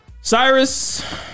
Cyrus